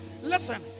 listen